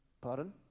Pardon